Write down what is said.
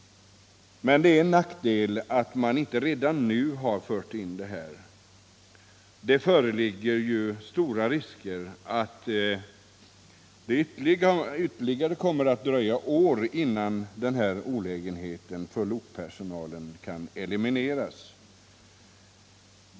Men det är en nackdel med att man inte redan nu fört in bestämmelser härom i arbetsmiljölagen. Det föreligger nu stor risk för att det dröjer ytterligare år innan denna olägenhet för lokpersonalen kan elimineras.